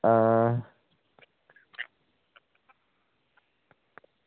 आं